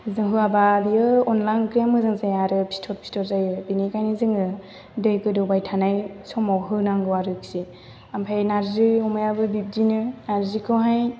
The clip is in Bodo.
होआबा बियो अनला ओंख्रिआ मोजां जाया आरो फिथ'र फिथ'र जायो बेनिखायनो जोङो दै गोदौबाय थानाय समाव होनांगौ आरोखि ओमफ्राय नारजि अमायाबो बिब्दिनो नारजिखौहाय